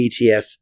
ETF